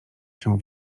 się